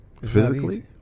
Physically